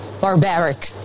barbaric